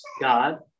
God